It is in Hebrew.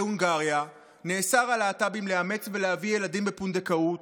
בהונגריה נאסר על להט"בים לאמץ ולהביא ילדים בפונדקאות,